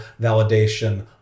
validation